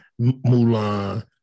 Mulan